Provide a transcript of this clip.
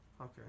Okay